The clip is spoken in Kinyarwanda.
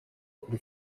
kuri